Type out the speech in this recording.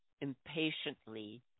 impatiently